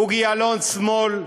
בוגי יעלון שמאל,